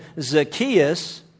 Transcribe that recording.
Zacchaeus